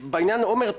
עומר,